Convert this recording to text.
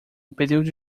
período